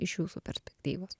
iš jūsų perspektyvos